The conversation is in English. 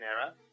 era